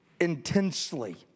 intensely